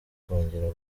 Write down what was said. kongera